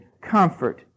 comfort